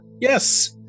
yes